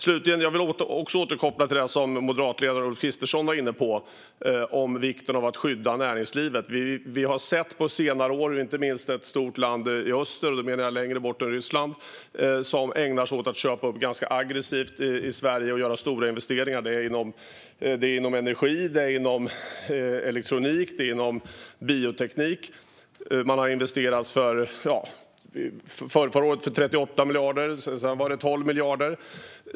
Slutligen vill jag återkoppla till det som moderatledaren Ulf Kristersson var inne på om vikten av att skydda näringslivet. På senare år har inte minst ett stort land i öster - då menar jag längre bort än Ryssland - ägnat sig åt att göra ganska aggressiva uppköp i Sverige och göra stora investeringar inom energi, elektronik och bioteknik. Förrförra året investerade man 38 miljarder, förra året 12 miljarder.